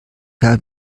habe